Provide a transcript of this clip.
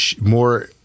more